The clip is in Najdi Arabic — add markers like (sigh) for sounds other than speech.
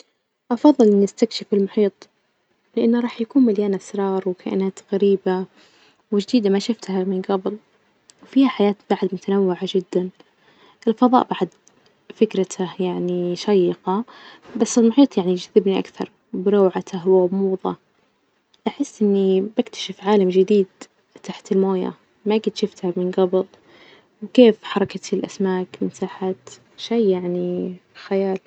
أفضل إني أستكشف المحيط، لإنه راح يكون مليان أسرار وكائنات غريبة وجديدة ما شفتها من جبل، وفيها حياة بعد متنوعة جدا، الفضاء بعد فكرته يعني شيقة بس (noise) المحيط يعني يجذبني أكثر بروعته وغموضه، أحس إني بكتشف عالم جديد تحت الموية ما قد شفتها من جبل، وكيف حركة الأسماك من تحت، شي يعني خيال.